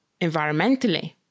environmentally